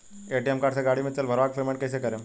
ATM card से गाड़ी मे तेल भरवा के पेमेंट कैसे करेम?